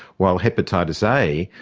while hepatitis a,